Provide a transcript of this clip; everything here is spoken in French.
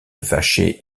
vacher